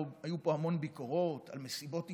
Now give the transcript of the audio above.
היו פה הרבה ביקורות על מסיבות עיתונאים,